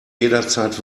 jederzeit